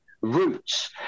roots